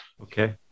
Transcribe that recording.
Okay